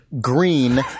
Green